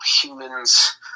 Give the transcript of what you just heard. humans